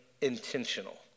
intentional